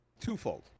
twofold